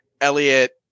Elliot